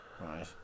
Right